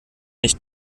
nicht